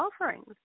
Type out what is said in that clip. offerings